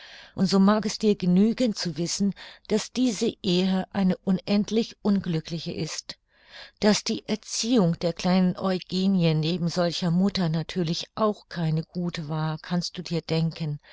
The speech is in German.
und so mag es dir genügen zu wissen daß diese ehe eine unendlich unglückliche ist daß die erziehung der kleinen eugenie neben solcher mutter natürlich auch keine gute war kannst du dir denken